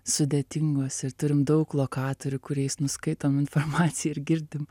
sudėtingos ir turim daug lokatorių kuriais nuskaitom informaciją ir girdim